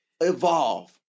evolve